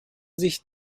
sich